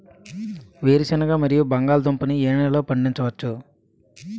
వేరుసెనగ మరియు బంగాళదుంప ని ఏ నెలలో పండించ వచ్చు?